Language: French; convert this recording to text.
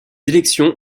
élections